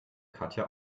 katja